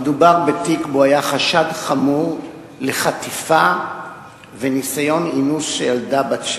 המדובר בתיק שהיה בו חשד חמור לחטיפה וניסיון אינוס של ילדה בת שש.